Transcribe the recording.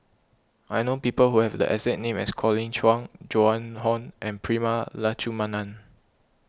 I know people who have the exact name as Colin Cheong Joan Hon and Prema Letchumanan